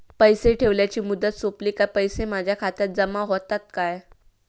पैसे ठेवल्याची मुदत सोपली काय पैसे माझ्या खात्यात जमा होतात काय?